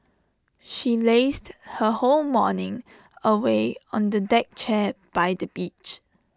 she lazed her whole morning away on the deck chair by the beach